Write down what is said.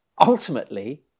ultimately